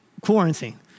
quarantine